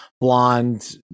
blonde